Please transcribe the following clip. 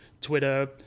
twitter